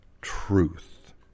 truth